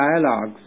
dialogues